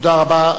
תודה רבה.